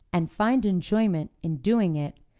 and find enjoyment in doing it,